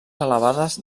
elevades